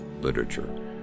literature